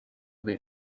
made